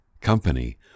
company